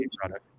product